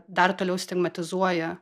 dar toliau stigmatizuoja